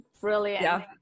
brilliant